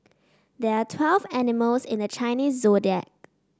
there are twelve animals in the Chinese Zodiac